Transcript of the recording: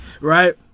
Right